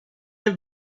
have